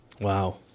Wow